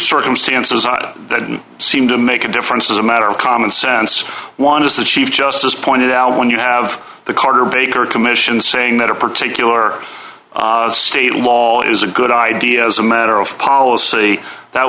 circumstances that didn't seem to make a difference as a matter of common sense one is the chief justice pointed out when you have the carter baker commission saying that a particular state law is a good idea as a matter of policy that